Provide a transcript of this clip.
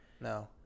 No